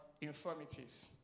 infirmities